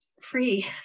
free